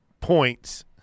points